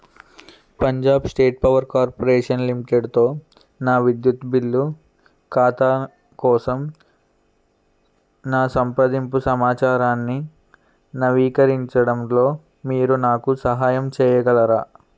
Punjab state power corporation లిమిటెడ్తో నా విద్యుత్ బిల్లు ఖాతా కోసం నా సంప్రదింపు సమాచారాన్ని నవీకరించడంలో మీరు నాకు సహాయం చేయగలరా